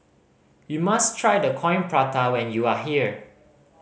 you must try the Coin Prata when you are here